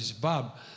Bob